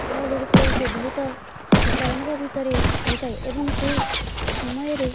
ସେ ବହୁତ ଉତ୍ପାଦନଙ୍କ ଭିତରେ ରହିଥାଏ ଏବଂ ସେଇ ସମୟରେ